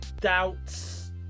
doubts